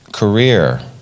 Career